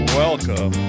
welcome